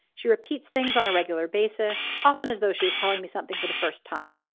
she repeats things on a regular basis, often as though she is telling me something for the first time.